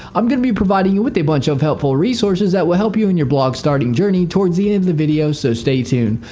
i'm going to be providing you with a bunch of helpful resources that will help you in your blog starting journey towards the end of the video so stay tuned.